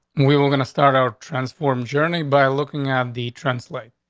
we were gonna start are transformed journey by looking at the translate.